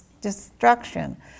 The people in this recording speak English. destruction